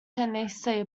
tennessee